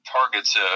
targets